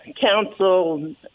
council